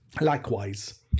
Likewise